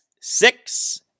six